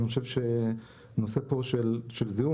אבל אני חושב שנושא של זיהום,